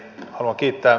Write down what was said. haluan kiittää